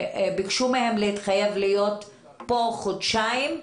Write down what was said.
ביקשו מהם להתחייב להיות פה חודשיים,